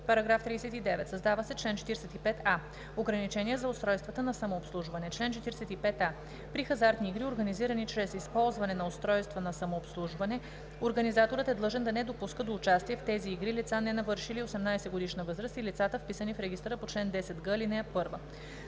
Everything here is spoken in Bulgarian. § 39: „§ 39. Създава се чл. 45а: „Ограничения за устройствата на самообслужване Чл. 45а. При хазартни игри, организирани чрез използване на устройства на самообслужване, организаторът е длъжен да не допуска до участие в тези игри лица, ненавършили 18-годишна възраст, и лицата, вписани в регистъра по чл. 10г, ал. 1.